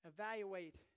Evaluate